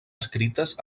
escrites